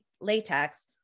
latex